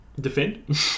Defend